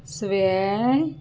ਸਵੈ